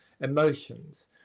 emotions